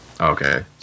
okay